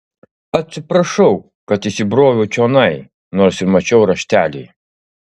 atsiprašau kad įsibroviau čionai nors ir mačiau raštelį